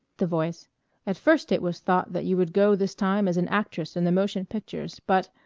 the voice at first it was thought that you would go this time as an actress in the motion pictures but,